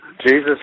Jesus